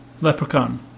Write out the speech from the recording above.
Leprechaun